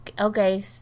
okay